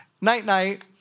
night-night